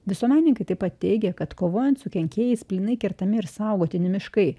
visuomenininkai taip pat teigė kad kovojant su kenkėjais plynai kertami ir saugotini miškai